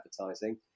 advertising